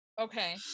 okay